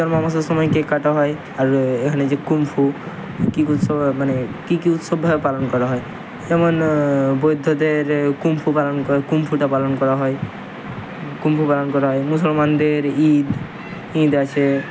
জন্ম মাসের সময় কেক কাটা হয় আর এখানে যে কুমফু কিক উৎসব মানে কী কী উৎসবভাবে পালন করা হয় যেমন বৈদ্ধদের কুমফু পালন করা কুমফুটা পালন করা হয় কুমফু পালন করা হয় মুসলমানদের ঈদ ঈদ আছে